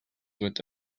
with